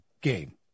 game